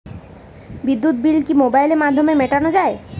বিদ্যুৎ বিল কি মোবাইলের মাধ্যমে মেটানো য়ায়?